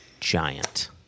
Giant